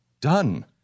Done